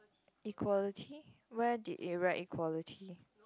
equality where did they write equality